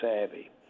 savvy